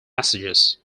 messages